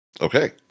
Okay